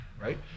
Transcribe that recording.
right